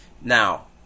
Now